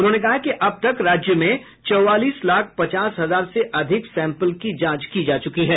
उन्होंने कहा कि अब तक राज्य में चौबालीस लाख पचास हजार से अधिक सैंपल की जांच की जा चुकी है